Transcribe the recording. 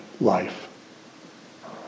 life